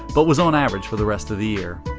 but was on average for the rest of the year.